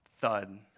Thud